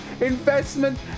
investment